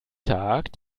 tag